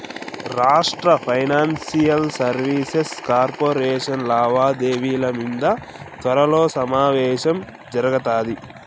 రాష్ట్ర financial services corporation లావాదేవిల మింద త్వరలో సమావేశం జరగతాది